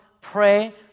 pray